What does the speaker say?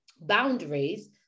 boundaries